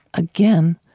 again,